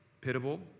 pitiable